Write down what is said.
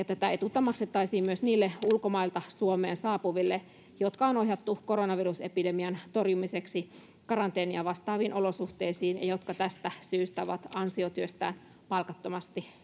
tätä etuutta maksettaisiin myös niille ulkomailta suomeen saapuville jotka on ohjattu koronavirusepidemian torjumiseksi karanteenia vastaaviin olosuhteisiin ja jotka tästä syystä ovat ansiotyöstään palkattomasti